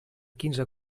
quinze